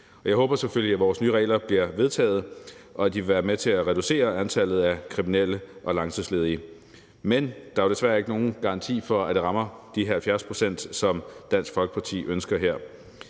jeg håber selvfølgelig, at vores nye regler bliver vedtaget, og at de vil være med til at reducere antallet af kriminelle og langtidsledige. Men der er jo desværre ikke nogen garanti for, at det rammer de 70 pct., som Dansk Folkeparti her